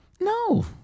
No